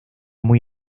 muy